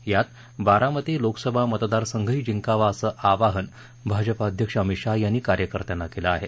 यात बारामती लोकसभा मतदार संघही जिंकावा असं आवाहन भाजपा अध्यक्ष अमित शहा यांनी कार्यकर्त्यांना केलं आहे